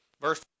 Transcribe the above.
verse